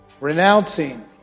renouncing